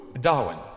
Darwin